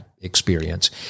experience